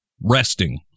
Resting